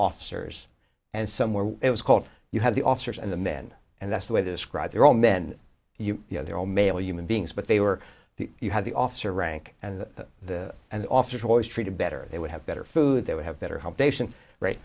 officers and some were it was called you had the officers and the men and that's the way to describe their own men you know they're all male human beings but they were the you have the officer rank and the and the officers are always treated better they would have better food they would have better health right